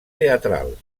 teatral